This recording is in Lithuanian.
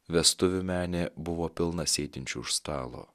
vestuvių menė buvo pilna sėdinčių už stalo